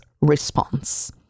response